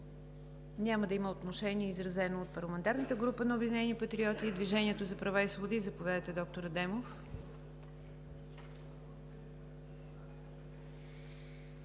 Няма да има отношение, изразено от парламентарната група на „Обединени патриоти“. От „Движението за права и свободи“ – заповядайте, доктор Адемов.